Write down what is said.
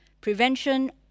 prevention